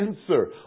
answer